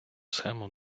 схему